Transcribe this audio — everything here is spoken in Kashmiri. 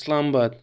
اِسلام آباد